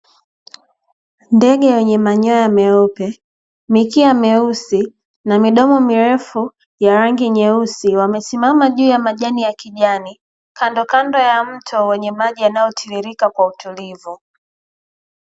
Ndege wenye manyoya meupe, mikia mieusi na midomo mirefu ya rangi nyeusi, wamesimama juu ya majani ya kijani kandokando ya mto wenye maji yanayotiririka kwa utulivu.